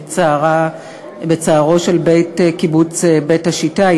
בצערו של בית קיבוץ בית-השיטה.